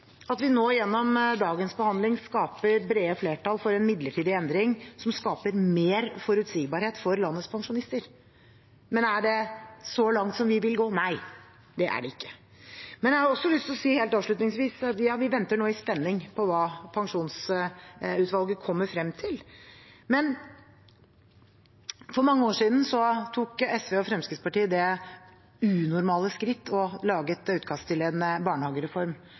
en midlertidig endring som skaper mer forutsigbarhet for landets pensjonister. Men er det så langt som vi vil gå? Nei, det er det ikke. Jeg har også lyst til å si helt avslutningsvis: Ja, vi venter nå i spenning på hva pensjonsutvalget kommer frem til. For mange år siden tok SV og Fremskrittspartiet det unormale skritt å lage et utkast til en barnehagereform.